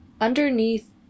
Underneath